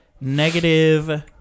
negative